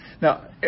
Now